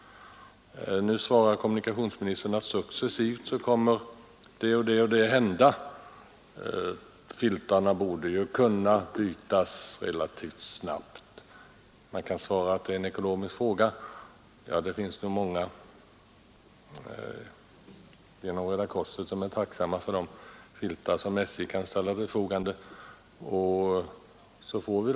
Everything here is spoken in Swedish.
Nu svarar kommunikationsministern att successivt kommer det och det att hända. Filtarna borde ju kunna bytas relativt snabbt. Man kan säga att det är en ekonomisk fråga, men det finns nog många som skulle vara tacksamma om de genom Röda korset kunde få de filtar som SJ byter ut.